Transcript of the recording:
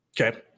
Okay